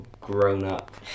grown-up